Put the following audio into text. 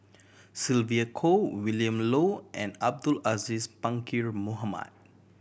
Sylvia Kho Willin Low and Abdul Aziz Pakkeer Mohamed